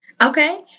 Okay